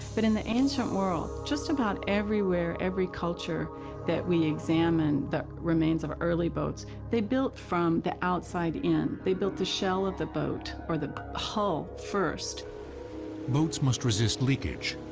but in the ancient world, just about everywhere, every culture that we examine the remains of early boats, they built from the outside in. they built the shell of the boat, or the hull, first boats must resist leakage,